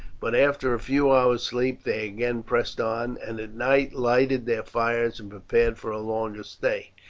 but after a few hours' sleep they again pressed on, and at night lighted their fires and prepared for a longer stay.